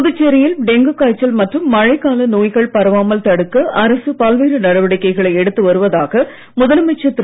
புதுச்சேரியில் டெங்கு காய்ச்சல் மற்றும் மழைக்கால நோய்கள் பரவாமல் தடுக்க அரசு பல்வேறு நடவடிக்கைகளை எடுத்து வருவதாக முதலமைச்சர் திரு